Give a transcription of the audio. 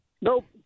Nope